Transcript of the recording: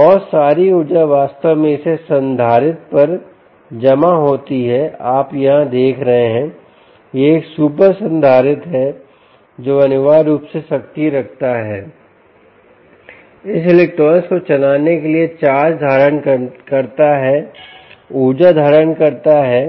और सारी ऊर्जा वास्तव में इसी संधारित्र पर जमा होती है आप यहाँ देख रहे हैं यह एक सुपर संधारित्र है जो अनिवार्य रूप से शक्ति रखता है इस इलेक्ट्रॉनिक्स को चलाने के लिए चार्ज धारण करता है ऊर्जा धारण करता है